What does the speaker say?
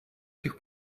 сих